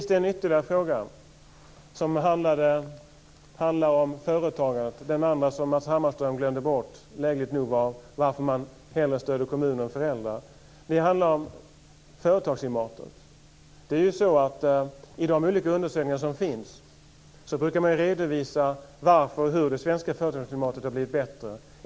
Den fråga som Matz Hammarström lägligt nog glömde bort handlade om varför man hellre stöder kommuner än föräldrar. Till sist har jag ytterligare en fråga som handlar om företagsklimatet. I de olika undersökningar som finns brukar man redovisa varför och hur det svenska företagsklimatet har blivit bättre.